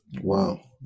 Wow